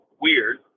weird